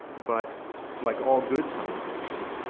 but like all good science fiction,